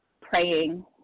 praying